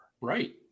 Right